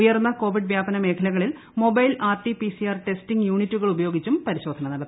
ഉയർന്ന കോവിഡ് വ്യാപന മേഖലകളിൽ മൊബൈൽ ആർടിപിസിആർ ടെസ്റ്റിംഗ് യൂണിറ്റുകൾ ഉപയോഗിച്ചും പരിശോധന നടത്തി